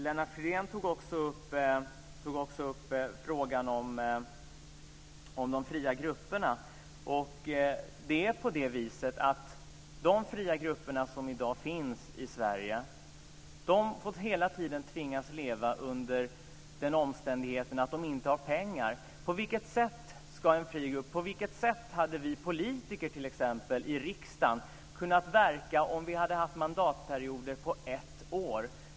Lennart Fridén tog också upp frågan om de fria grupperna. De fria grupper som i dag finns i Sverige tvingas faktiskt hela tiden leva under den omständigheten att de inte har pengar. På vilket sätt hade vi politiker, t.ex. i riksdagen, kunnat verka om vi hade haft mandatperioder på ett år?